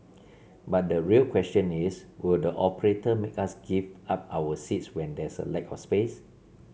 but the real question is would the operator make us give up our seats when there's a lack of space